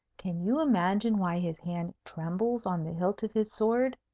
can you imagine why his hand trembles on the hilt of his sword?